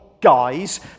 guys